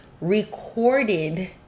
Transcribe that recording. recorded